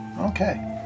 Okay